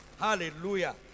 Hallelujah